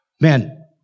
Man